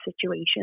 situation